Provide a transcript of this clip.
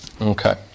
okay